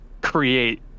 create